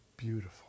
beautiful